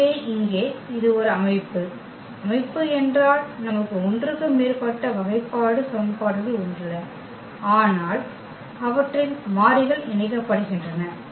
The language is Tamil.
எனவே இங்கே இது ஒரு அமைப்பு அமைப்பு என்றால் நமக்கு ஒன்றுக்கு மேற்பட்ட வகைபாடு சமன்பாடுகள் உள்ளன மற்றும் அவற்றின் மாறிகள் இணைக்கப்படுகின்றன